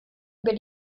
über